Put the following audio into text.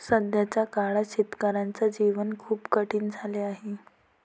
सध्याच्या काळात शेतकऱ्याचे जीवन खूप कठीण झाले आहे